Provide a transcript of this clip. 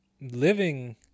living